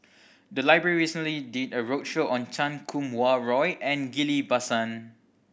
the library recently did a roadshow on Chan Kum Wah Roy and Ghillie Basan